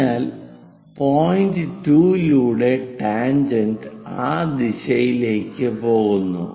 അതിനാൽ പോയിന്റ് 2 ലൂടെ ടാൻജെന്റ് ആ ദിശയിലേക്ക് പോകുന്നു